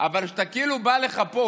אבל כשאתה כאילו בא לחפות